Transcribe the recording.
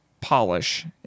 polish